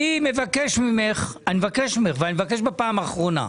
אני מבקש ממך, ואני מבקש בפעם האחרונה,